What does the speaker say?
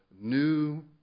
new